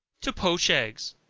to poach eggs.